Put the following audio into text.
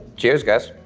cheers, guys.